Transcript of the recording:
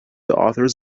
authors